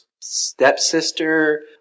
stepsister